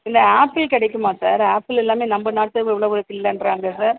இல்லை ஆப்பிள் கிடைக்குமா sir apple எல்லாமே நம்ம நாட்டு உணவு இல்லைன்றாங்க சார்